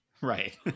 right